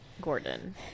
Gordon